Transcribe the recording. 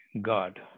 God